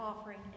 offering